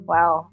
Wow